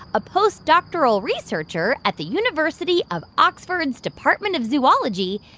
a postdoctoral researcher at the university of oxford's department of zoology,